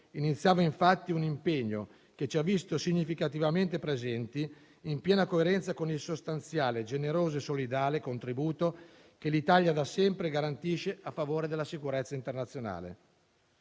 iniziava infatti un impegno, che ci ha visto significativamente presenti, in piena coerenza con il sostanziale, generoso e solidale contributo, che l'Italia da sempre garantisce a favore della sicurezza internazionale.